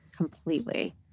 Completely